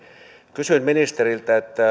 kysyn ministeriltä